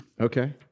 Okay